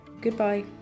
Goodbye